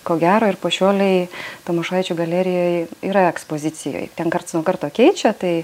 ko gero ir po šiolei tamošaičio galerijoj yra ekspozicijoj ten karts nuo karto keičia tai